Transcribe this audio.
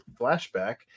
flashback